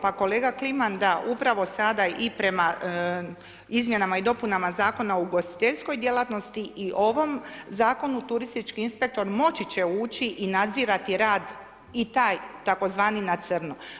Pa kolega Kliman, da, upravo sada i prema izmjenama i dopunama Zakona o ugostiteljskoj djelatnosti i ovom zakonu, turistički inspektor moći će ući i nadzirati rad i taj tzv. na crno.